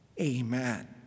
Amen